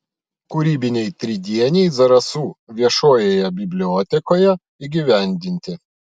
kūrybiniai tridieniai zarasų viešojoje bibliotekoje įgyvendini